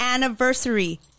anniversary